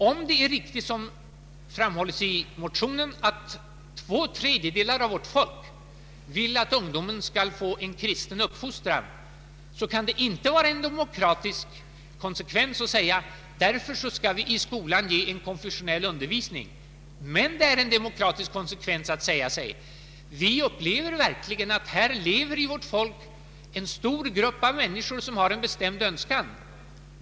Om det är riktigt som framhålles i motionen att två tredjedelar av vårt folk vill att ungdomen skall få en kristen uppfostran, kan det inte vara en demokratisk konsekvens att säga: därför skall vi i skolan ge en konfessionell undervisning. Men det är en demokratisk konsekvens att säga: vi upplever verkligen att här i vårt folk finns en stor grupp av människor som har en bestämd önskan.